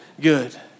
good